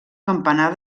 campanar